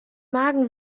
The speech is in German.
magen